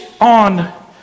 on